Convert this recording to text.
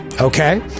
Okay